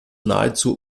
nahezu